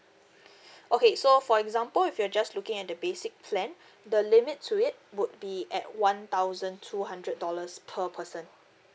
okay so for example if you're just looking at the basic plan the limit to it would be at one thousand two hundred dollars per person